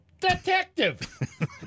detective